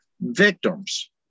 victims